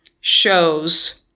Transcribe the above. shows